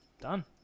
Done